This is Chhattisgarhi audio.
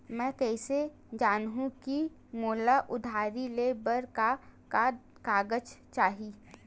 मैं कइसे जानहुँ कि मोला उधारी ले बर का का कागज चाही?